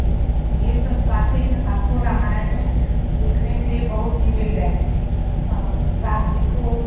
यह सब बातें आपको रामायण में देखने के लिए बहुत ही मिल जाएँगी राम जी को